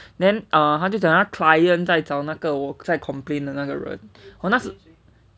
then eh 他就讲那个 client 在找那个我在 complain 的那个人我那时